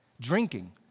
Drinking